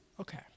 Okay